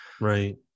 right